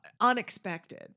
unexpected